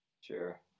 Sure